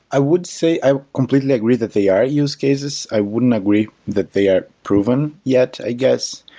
i would say i completely agree that they are use cases. i wouldn't agree that they are proven yet, i guess.